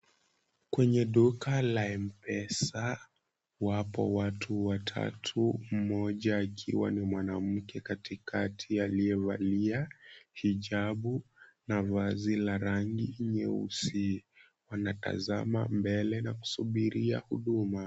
Kwenye duka la M Pesa, wapo watu watatu, mmoja akiwa ni mwanamke katikati aliyevalia hijabu na vazi ka rangi nyeusi. Wanatazama mbele na kusubiria huduma.